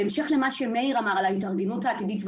בהמשך למה שמאיר אמר על ההתארגנות העתידית,